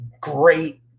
great